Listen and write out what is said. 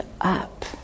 up